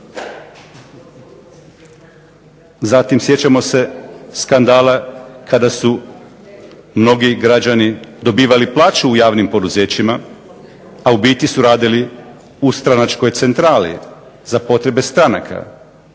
Zatim sjećamo se skandala kada su mnogi građani dobivali plaću u javnim poduzećima, a u biti su radili u stranačkoj centrali za potrebe stranaka.